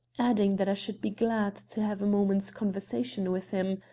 adding that i should be glad to have a moment's conversation with him,